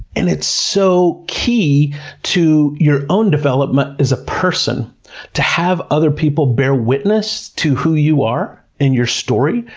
and it's so key to your own development as a person to have other people bear witness to who you are in your story,